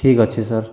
ଠିକ୍ ଅଛି ସାର୍